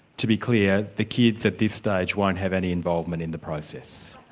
to be clear, the kids at this stage won't have any involvement in the process?